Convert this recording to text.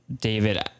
David